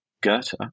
Goethe